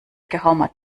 geraumer